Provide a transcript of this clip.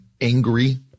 angry